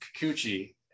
Kikuchi